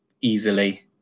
easily